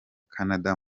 canada